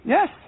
Yes